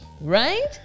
right